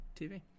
TV